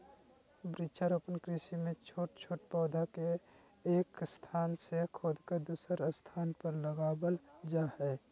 वृक्षारोपण कृषि मे छोट छोट पौधा के एक स्थान से खोदकर दुसर स्थान पर लगावल जा हई